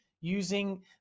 using